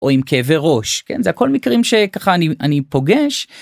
או עם כאבי ראש, כן, זה הכל מקרים שככה אני אני פוגש.